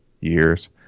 years